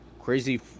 crazy